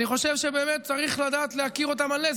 אני חושב שבאמת צריך לדעת להעלות אותם על נס.